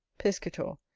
piscator.